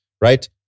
Right